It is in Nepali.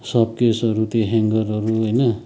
सोपकेसहरू त्यो ह्याङ्गरहरू होइन